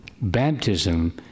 Baptism